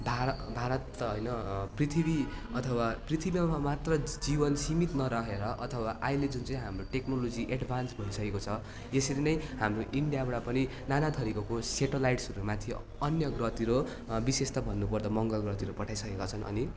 भा भारत त होइन पृथ्वी अथवा पृथ्वीमा मात्र जीवन सिमित नरहेर अथवा अहिले जुन चाहिँ हाम्रो टेकनोलजी एडभान्स भइसकेको छ यसरी नै हाम्रो इन्डियाबाट पनि नाना थरिको सेटेलाइटस्हरू माथि अन्य ग्रहतिर विशेष त भन्नु पर्दा मङ्गल ग्रहतिर पठाइसकेका छन् अनि